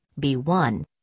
B1